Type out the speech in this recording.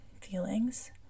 feelings